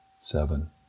seven